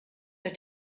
der